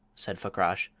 said fakrash,